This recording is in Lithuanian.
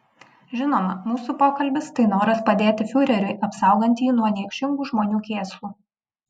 žinoma mūsų pokalbis tai noras padėti fiureriui apsaugant jį nuo niekšingų žmonių kėslų